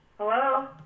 Hello